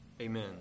Amen